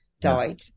died